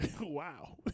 wow